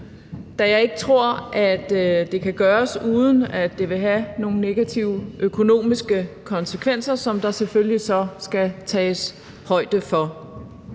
da jeg ikke tror, at det kan gøres, uden at det vil have nogle negative økonomiske konsekvenser, som der selvfølgelig så skal tages højde for.